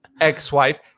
ex-wife